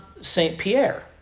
Saint-Pierre